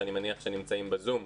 שאני מניח שנמצאים בזום.